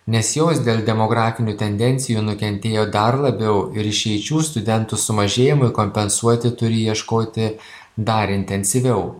nes jos dėl demografinių tendencijų nukentėjo dar labiau ir išeičių studentų sumažėjimui kompensuoti turi ieškoti dar intensyviau